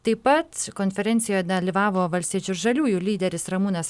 taip pat konferencijoje dalyvavo valstiečių ir žaliųjų lyderis ramūnas